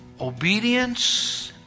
obedience